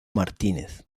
martínez